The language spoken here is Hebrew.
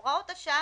הוראות השעה